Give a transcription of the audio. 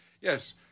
yes